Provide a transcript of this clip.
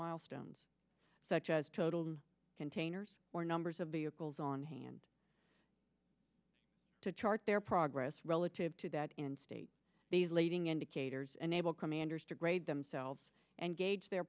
milestones such as total containers or numbers of the locals on hand to chart their progress relative to that end state these leading indicators enable commanders degrade themselves and gauge their